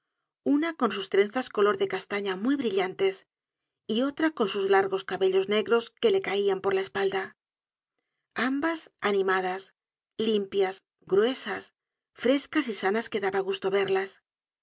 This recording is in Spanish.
una con sus trenzas color de castaña muy brillantes y otra con sus largos cabellos negros que le caian por la espalda ambas animadas limpias gruesas frescas y sanas que daba gusto verlas